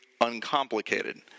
uncomplicated